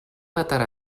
veterà